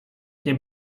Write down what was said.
nie